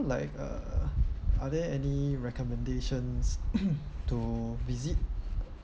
like uh are there any recommendations to visit